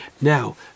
Now